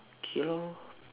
okay lor